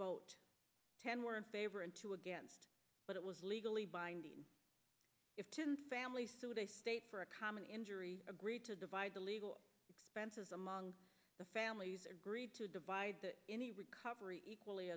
vote ten were in favor and two against but it was legally binding if two families today state for a common injury agreed to divide the legal fences among the families agreed to divide that any recovery equally